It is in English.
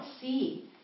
see